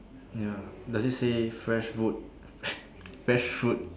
ya does it say fresh food fresh food